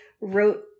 wrote